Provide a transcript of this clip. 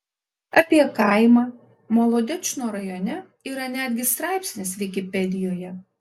apie kaimą molodečno rajone yra netgi straipsnis vikipedijoje